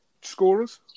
Scorers